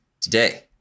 today